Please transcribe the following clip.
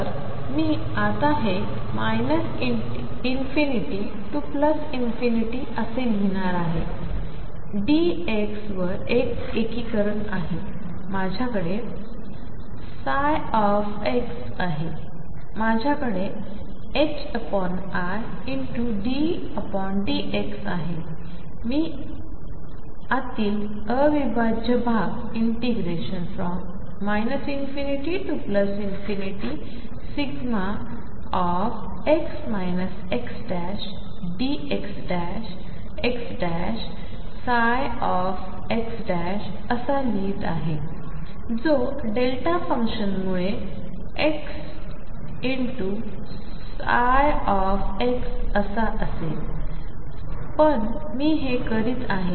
तर मी आता हे ∞ ते असे लिहिणार आहे dx वर एक एकीकरण आहे माझ्याकडे n आहे माझ्याकडे iddx आहे मी आतील अविभाज्य भाग ∞x xdxxnx असा लिहित आहे जो डेल्टा फंक्शनमुळे xnx असा असेल पण मी ते करत आहे